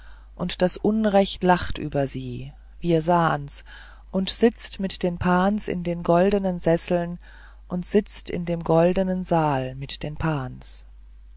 und das unrecht lacht über sie wir sahns und sitzt mit den pans in den goldenen sesseln und sitzt in dem goldenen saal mit den pans